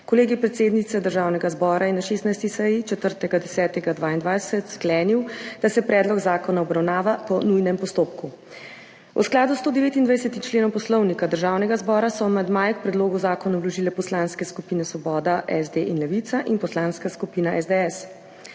Kolegij predsednice Državnega zbora je na 16. seji 4. 10. 2022 sklenil, da se predlog zakona obravnava po nujnem postopku. V skladu s 129. členom Poslovnika Državnega zbora so amandmaje k predlogu zakona vložile poslanske skupine Svoboda, SD in Levica in Poslanska skupina SDS.